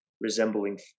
resembling